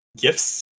gifts